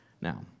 Now